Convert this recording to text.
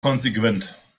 konsequent